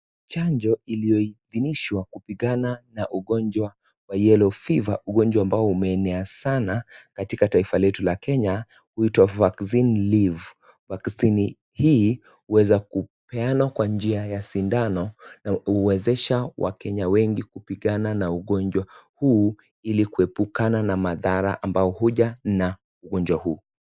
Chanjo iliyoidhinishwa kupigana na ugonjwa wa yellow fever ugonjwa ambao umeenea sana katika taifa letu la kenya huitwa vaccine leaf vaccine hii huweza kupeanwa kwa njia ya sindano na huwezesha wakenya wengi kupigana na ugonjwa huu ili kuepukana na madhara ambao huja na ugonjwa huu.